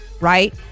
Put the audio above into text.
right